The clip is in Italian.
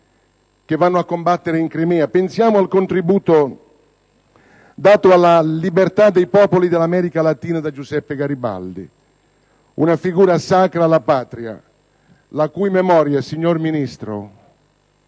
che vanno a combattere in Crimea e pensiamo al contributo dato alla libertà dei popoli dell'America Latina da Giuseppe Garibaldi, una figura sacra alla patria, la cui memoria, signor Ministro,